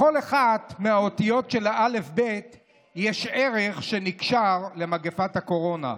בכל אחת מהאותיות של האל"ף-בי"ת יש ערך שנקשר למגפת הקורונה.